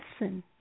listen